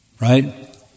right